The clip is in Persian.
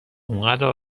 اونقدر